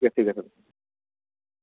দিয়ক ঠিক আছে